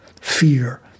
fear